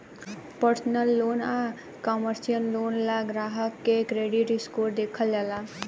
personal loan आ commercial loan ला ग्राहक के क्रेडिट स्कोर देखल जाला